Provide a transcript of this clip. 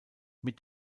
mit